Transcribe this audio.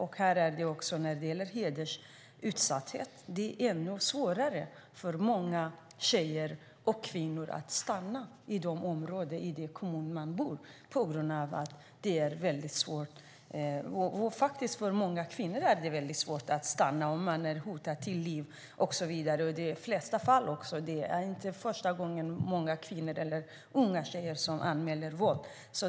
När det gäller hedersutsatthet är det ännu svårare för många tjejer och kvinnor att stanna i det område eller den kommun där man bor om man är hotad till livet. I de flesta fall är det inte heller första gången som kvinnor eller unga tjejer anmäler våld.